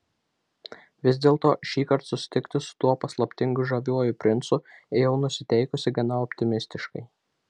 vis dėlto šįkart susitikti su tuo paslaptingu žaviuoju princu ėjau nusiteikusi gana optimistiškai